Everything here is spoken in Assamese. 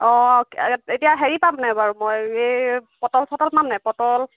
অঁ এতিয়া হেৰি পাম নাই বাৰু মই এই পটল চটল পাম নাই পটল